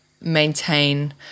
maintain